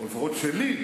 לפחות שלי,